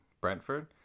Brentford